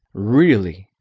really!